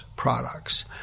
Products